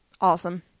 Awesome